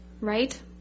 right